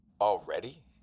Already